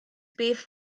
beth